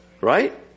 right